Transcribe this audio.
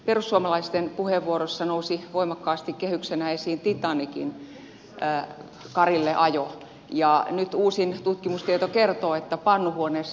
perussuomalaisten puheenvuorossa nousi voimakkaasti kehyksenä esiin titanicin karilleajo ja nyt uusin tutkimustieto kertoo että pannuhuoneessa paloi